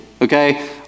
Okay